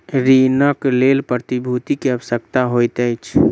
ऋणक लेल प्रतिभूति के आवश्यकता होइत अछि